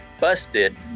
busted